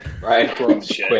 right